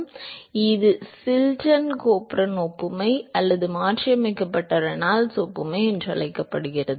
எனவே இது Chilton Colburn ஒப்புமை அல்லது மாற்றியமைக்கப்பட்ட ரெனால்ட்ஸ் ஒப்புமை என்று அழைக்கப்படுகிறது